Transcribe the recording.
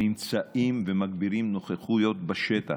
נמצאים ומגבירים נוכחות בשטח,